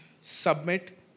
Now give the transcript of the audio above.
submit